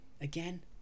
again